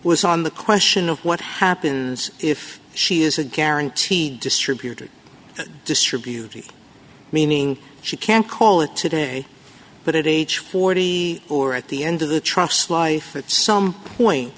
was on the question of what happens if she is a guaranteed distributor distribute meaning she can't call it today but it each forty or at the end of the truss life at some point